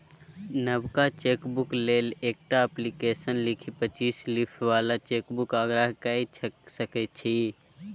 नबका चेकबुक लेल एकटा अप्लीकेशन लिखि पच्चीस लीफ बला चेकबुकक आग्रह कए सकै छी